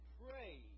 pray